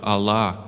Allah